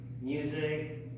music